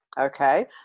Okay